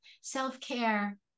self-care